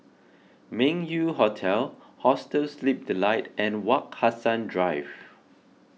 Meng Yew Hotel Hostel Sleep Delight and Wak Hassan Drive